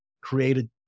Created